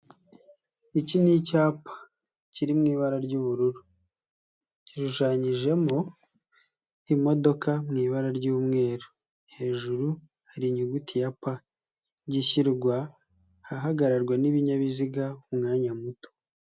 Iki ni icyapa kiri mu ibara ry'ubururu, gishushanyijemo imodoka mu ibara ry’umweru. Hejuru hari inyuguti ya pa, gishyirwa ahahagararwa n'ibinyabiziga ku mwanya muto.